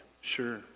Sure